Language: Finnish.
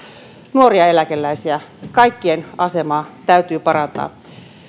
nuoria eläkeläisiä kaikkien asemaa täytyy parantaa